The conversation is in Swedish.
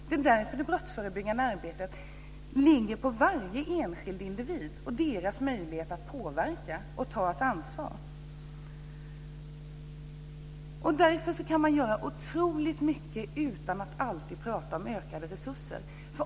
Det är därför som det brottsförebyggande arbetet ligger på varje enskild individ och den enskildes möjlighet att påverka och ta ett ansvar. Man kan göra otroligt mycket utan att alltid kräva mer resurser.